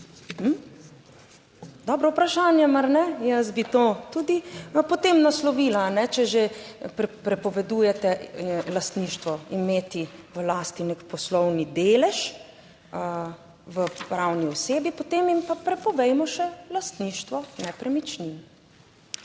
Dobro vprašanje, mar ne? Jaz bi to tudi potem naslovila, če že prepovedujete lastništvo, imeti v lasti nek poslovni delež v pravni osebi, potem jim pa prepovejmo še lastništvo nepremičnin.